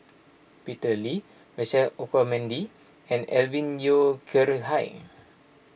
Peter Lee Michael Olcomendy and Alvin Yeo Khirn Hai